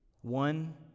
One